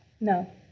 no